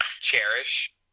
Cherish